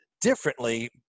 differently